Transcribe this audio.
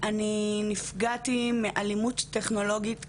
ואני כאן עם מסקנות,